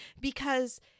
because-